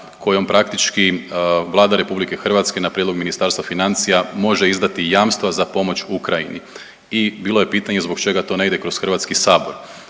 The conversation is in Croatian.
kojom praktički Vlada Republike Hrvatske na prijedlog Ministarstva financija može izdati jamstva za pomoć Ukrajini. I bilo je pitanje zbog čega to ne ide kroz Hrvatski sabor?